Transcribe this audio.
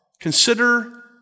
Consider